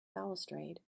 balustrade